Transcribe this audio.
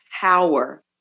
power